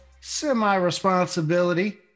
semi-responsibility